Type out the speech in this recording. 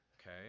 okay